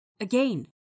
Again